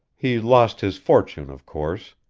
he lost his fortune, of course.